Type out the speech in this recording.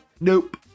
Nope